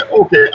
okay